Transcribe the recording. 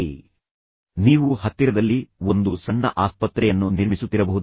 ಈಗ ಮತ್ತೆ ನೀವು ಒಂದು ಹೆಜ್ಜೆ ಮುಂದೆ ಹೋಗುತ್ತೀರಿ ನೀವು ಹತ್ತಿರದಲ್ಲಿ ಒಂದು ಸಣ್ಣ ಆಸ್ಪತ್ರೆಯನ್ನು ನಿರ್ಮಿಸುತ್ತಿರಬಹುದು